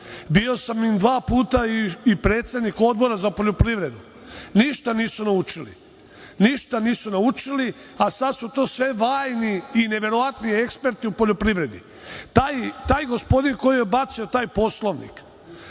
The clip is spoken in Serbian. bio sam im i dva puta predsednik Odbora za poljoprivredu, ništa nisu naučili. Ništa nisu naučili, a sad su to svi vajni i neverovatni eksperti u poljoprivredi. Taj gospodin koji je bacio taj Poslovnik